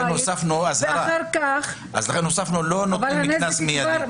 --- אז לכן הוספנו שלא נותנים קנס מיידי.